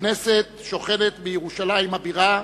הכנסת שוכנת בירושלים הבירה,